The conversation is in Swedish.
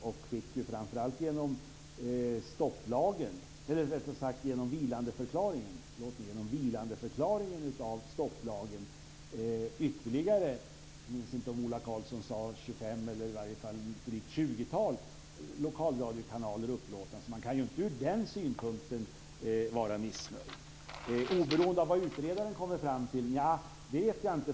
Man fick, framför allt genom vilandeförklaringen av stopplagen, jag minns inte om Ola Karlsson sade 25, men i varje fall ytterligare ett drygt tjugotal lokalradiokanaler upplåtna. Man kan inte ur den synpunkten vara missnöjd. Oberoende av vad utredaren kommer fram till - nja, det vet jag inte.